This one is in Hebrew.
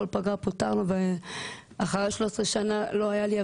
בכל פגרה פוטרנו ואחרי 13 שנה לא היו לי אפילו דמי